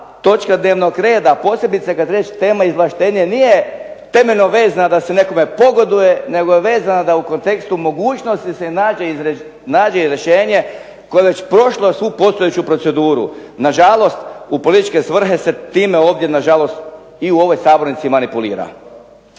točka dnevnog reda posebice kada je riječ tema izvlaštenje nije temeljno vezana da se nekome pogoduje, nego je vezana da u kontekstu mogućnosti se nađe rješenje koje je već prošlo svu postojeću proceduru. Nažalost, u političke svrhe se time i u ovoj sabornici manipulira.